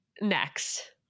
next